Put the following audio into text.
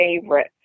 favorite